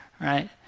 Right